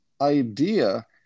idea